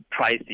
pricey